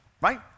right